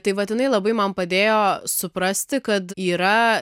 tai va jinai labai man padėjo suprasti kad yra